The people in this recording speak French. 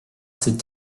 ses